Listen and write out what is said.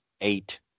eight